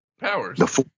powers